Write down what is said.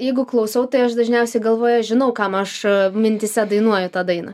jeigu klausau tai aš dažniausiai galvoje žinau kam aš a mintyse dainuoju tą dainą